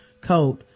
coat